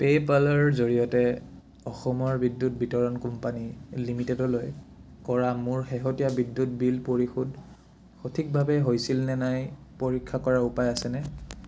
পে'পলৰ জৰিয়তে অসমৰ বিদ্যুৎ বিতৰণ কোম্পানী লিমিটেডলৈ কৰা মোৰ শেহতীয়া বিদ্যুৎ বিল পৰিশোধ সঠিকভাৱে হৈছিল নে নাই পৰীক্ষা কৰাৰ উপায় আছেনে